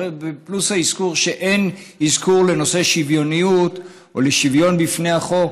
פלוס שאין אזכור לנושא שוויוניות או לשוויון בפני החוק,